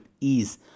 ease